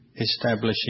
establishing